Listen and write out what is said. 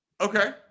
Okay